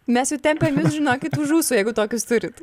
mes jau tempiam jus žinokit už ūsų jeigu tokius turit